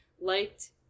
liked